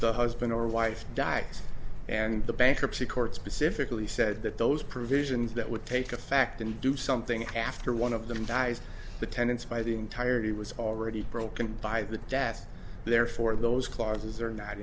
the husband or wife dies and the bankruptcy court specifically said that those provisions that would take effect and do something after one of them dies the tenants by the entirety was already broken by the death therefore those clauses are not